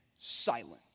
silent